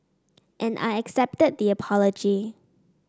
and I accepted the apology